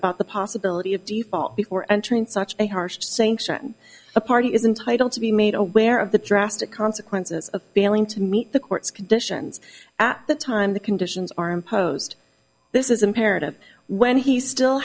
about the possibility of default before entering such a harsh sanctions a party is entitle to be made aware of the drastic consequences of failing to meet the court's conditions at the time the conditions are imposed this is imperative when he still